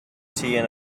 tea